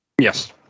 Yes